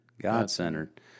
God-centered